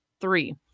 three